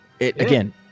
again